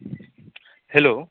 hello